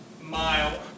Mile